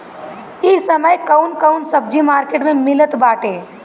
इह समय कउन कउन सब्जी मर्केट में मिलत बा?